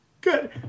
Good